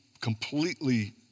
completely